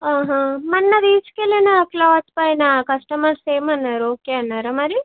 మొన్న తీసుకెళ్ళిన క్లాత్ పైన కస్టమర్స్ ఏమన్నారు ఓకే అన్నారా మరి